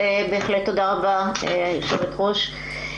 תודה רבה, היושבת-ראש.